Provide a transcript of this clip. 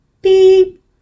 Beep